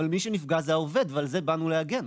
אבל מי שנפגע זה העובד ועל זה באנו להגן.